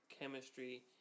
Chemistry